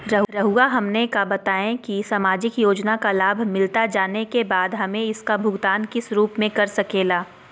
रहुआ हमने का बताएं की समाजिक योजना का लाभ मिलता जाने के बाद हमें इसका भुगतान किस रूप में कर सके ला?